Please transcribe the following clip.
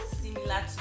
similar